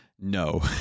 no